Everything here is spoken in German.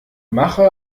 mache